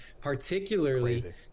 particularly